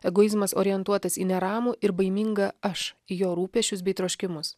egoizmas orientuotas į neramų ir baimingą aš į jo rūpesčius bei troškimus